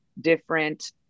different